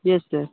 yes sir